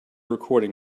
recording